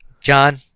John